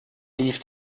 lief